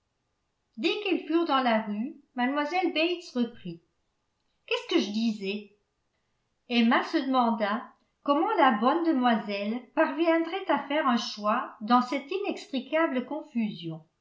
qu'elles furent dans la rue mlle bates reprit qu'est-ce que je disais emma se demanda comment la bonne demoiselle parviendrait à faire un chois dans cette inextricable confusion